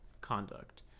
conduct